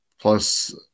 Plus